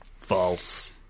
False